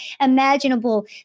imaginable